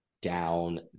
down